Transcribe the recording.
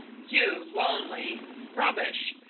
you lonely! rubbish!